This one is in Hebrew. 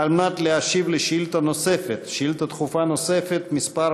על מנת להשיב על שאילתה דחופה נוספת, מס'